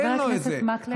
חבר הכנסת מקלב,